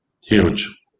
Huge